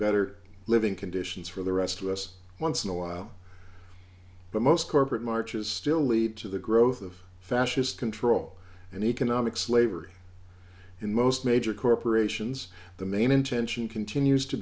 better living conditions for the rest of us once in a while but most corporate marches still lead to the growth of fascist control and economic slavery in most major corporations the main intention continues to